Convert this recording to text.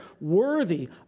worthy